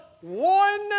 one